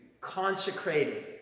consecrated